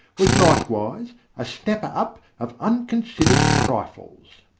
was likewise a snapper-up of unconsidered trifles.